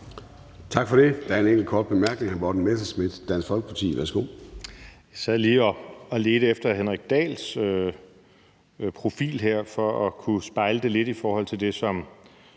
Tak for det. Der er en enkelt kort bemærkning. Hr. Morten Messerschmidt, Dansk Folkeparti. Værsgo.